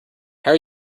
how